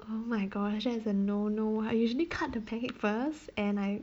oh my gosh that is a no no I usually cut the pancake first and I